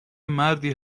مردی